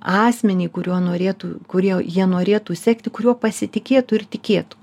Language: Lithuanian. asmenį kuriuo norėtų kurie jie norėtų sekti kuriuo pasitikėtų ir tikėtų